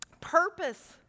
purpose